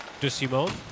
DeSimone